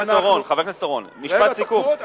חבר הכנסת אורון, משפט סיכום.